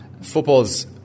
Football's